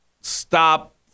stop